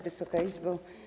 Wysoka Izbo!